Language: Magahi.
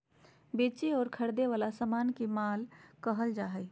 बेचे और खरीदे वला समान के माल कहल जा हइ